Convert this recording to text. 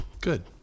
Good